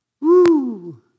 Woo